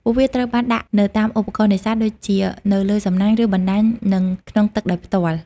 ពួកវាត្រូវបានដាក់នៅតាមឧបករណ៍នេសាទ ដូចជានៅលើសំណាញ់ ឬបណ្ដាញ និងក្នុងទឹកដោយផ្ទាល់។